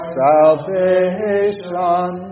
salvation